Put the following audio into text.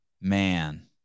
Man